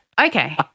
Okay